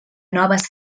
noves